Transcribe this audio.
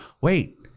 wait